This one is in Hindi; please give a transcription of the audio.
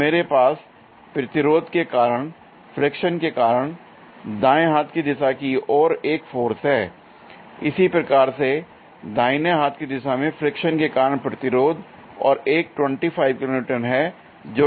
अब मेरे पास प्रतिरोध के कारण फ्रिक्शन के कारण दाएं हाथ की दिशा कि ओर एक फोर्स है l इसी प्रकार से दाहिने हाथ की दिशा में फ्रिक्शन के कारण प्रतिरोध और एक 25 किलो न्यूटन है जो इसे ऑफसेट कर रहा है